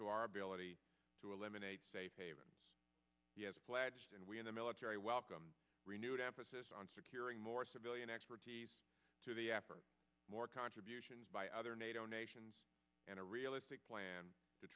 to our ability to eliminate safe haven he has pledged and we in the military welcome renewed emphasis on securing more civilian expertise to the effort more contributions by other nato nations and a realistic plan t